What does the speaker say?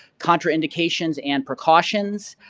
contraindications and precautions,